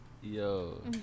Yo